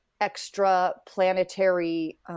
extra-planetary –